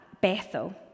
Bethel